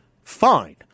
Fine